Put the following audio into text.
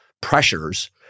pressures